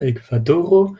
ekvadoro